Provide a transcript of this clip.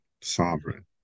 sovereign